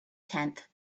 tenth